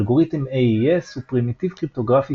אלגוריתם AES הוא פרימיטיב קריפטוגרפי